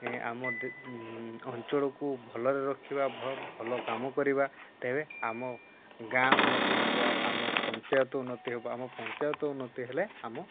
ଆମ ଅଞ୍ଚଳକୁ ଭଲରେ ରଖିବା ଭଲ କାମ କରିବା ତେବେ ଆମ ଗାଁ ଉନ୍ନତି ହେବ ଆମ ପଞ୍ଚାୟତ ଉନ୍ନତି ହେବ ଆମ ପଞ୍ଚାୟତ ଉନ୍ନତି ହେଲେ ଆମ